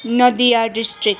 Nadia district